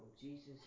Jesus